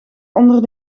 onder